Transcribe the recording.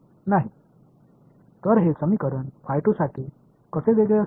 तर हे समीकरण साठी कसे वेगळे असेल